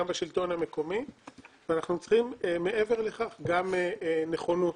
בשלטון המקומי ואנחנו צריכים מעבר לכך גם נכונות,